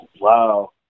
wow